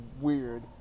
weird